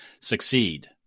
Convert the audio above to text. succeed